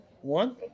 one